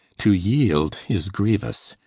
to yield is grievous,